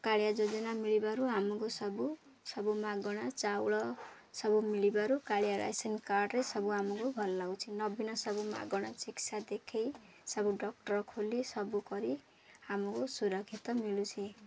କାଳିଆ ଯୋଜନା ମିଳିବାରୁ ଆମକୁ ସବୁ ସବୁ ମାଗଣା ଚାଉଳ ସବୁ ମିଳିବାରୁ କାଳିଆ ରାସନ କାର୍ଡ଼ରେ ସବୁ ଆମକୁ ଭଲ ଲାଗୁଛି ନ ଭିନ୍ନ ସବୁ ମାଗଣା ଚିକିତ୍ସା ଦେଖାଇ ସବୁ ଡକ୍ଟର୍ ଖୋଲି ସବୁ କରି ଆମକୁ ସୁରକ୍ଷିତ ମିଳୁଛି